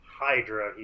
Hydra